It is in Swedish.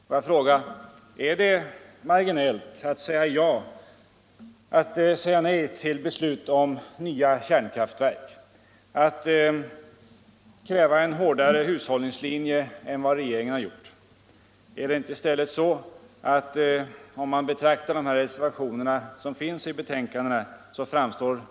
Får jag fråga: Är det marginellt att säga nej till beslut om nya kärnkraftverk, att kräva en hårdare hushållningslinje än vad regeringen gjort? Är det inte i stället så att moderata samlingspartiets reservationer framstår som avsevärt mindre betydelsefulla än folkpartiets?